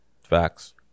Facts